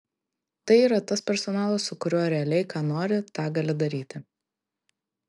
tai yra tas personalas su kuriuo realiai ką nori tą gali daryti